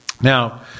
Now